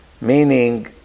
meaning